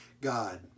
God